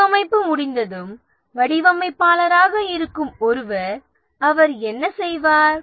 வடிவமைப்பு முடிந்ததும் வடிவமைப்பாளராக இருக்கும் ஒருவர் அவர் என்ன செய்வார்